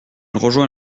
rejoint